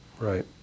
Right